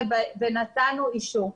נתנו אישור כזה.